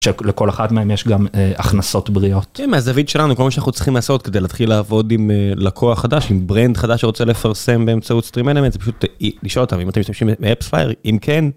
לכל אחת מהם יש גם הכנסות בריאות עם הזווית שלנו כמו שאנחנו צריכים לעשות כדי להתחיל לעבוד עם לקוח חדש עם ברנד חדש רוצה לפרסם באמצעות סטרימנטים.